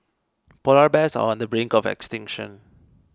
Polar Bears are on the brink of extinction